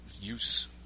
use